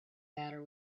matter